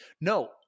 No